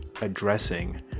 addressing